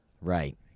right